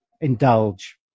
indulge